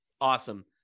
Awesome